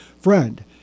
friend